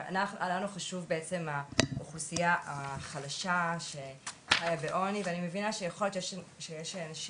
לנו חשוב בעצם האוכלוסייה החלשה שחיה בעוני ואני מבינה שיש נשים